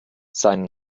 sein